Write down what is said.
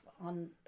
on